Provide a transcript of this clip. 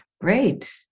Great